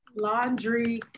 Laundry